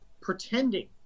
pretending